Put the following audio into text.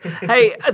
Hey